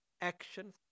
action